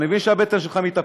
אני מבין שהבטן שלך מתהפכת,